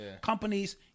companies